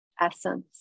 essence